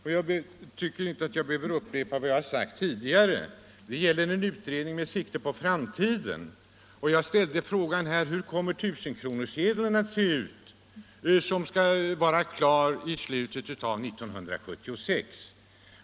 Jag tycker att jag inte skulle behöva upprepa vad jag sagt tidigare, nämligen att det gäller en utredning med sikte på framtiden. Jag ställde här frågan hur den 1 000-kronorssedel kommer att se ut som skall vara klar i slutet av år 1976.